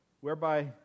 whereby